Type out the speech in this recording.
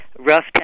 Rough